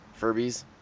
Furbies